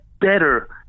better